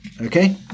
Okay